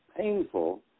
painful